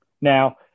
now